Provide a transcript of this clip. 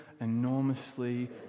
enormously